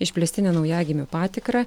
išplėstinę naujagimių patikrą